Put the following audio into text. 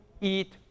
eat